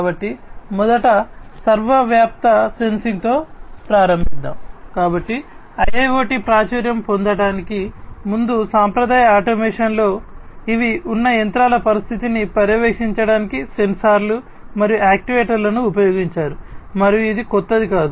కాబట్టి మొదట సర్వవ్యాప్త ఉపయోగించారు మరియు ఇది కొత్తది కాదు